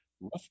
rough